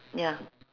ya